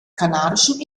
kanarischen